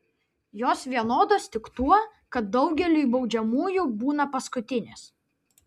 jos vienodos tik tuo kad daugeliui baudžiamųjų būna paskutinės